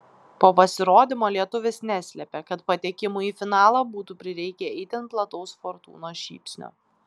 po pasirodymo lietuvis neslėpė kad patekimui į finalą būtų prireikę itin plataus fortūnos šypsnio